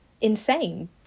insane